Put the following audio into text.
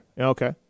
Okay